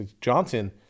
Johnson